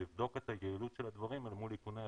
לבדוק את יעילות הדברים אל מול יעילות השב"כ,